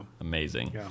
Amazing